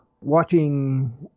watching